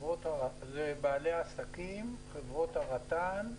הם --- בעלי העסקים, חברות הרט"נ,